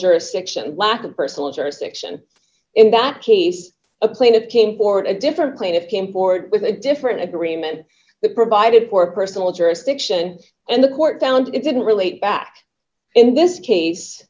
jurisdiction lack of personal interest section in that case a plaintiff came forward a different plane of came forward with a different agreement that provided for personal jurisdiction and the court found it didn't relate back in this case